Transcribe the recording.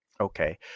okay